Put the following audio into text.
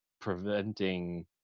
preventing